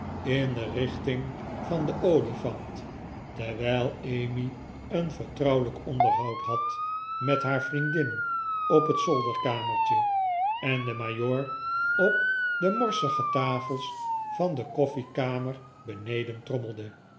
in de richting van de olifant terwijl emmy een vertrouwelijk onderhoud had met haar vriendin op het zolderkamertje en de majoor op de morsige tafels van de kofflekamer beneden trommelde